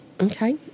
Okay